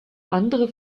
andere